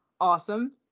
awesome